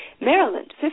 Maryland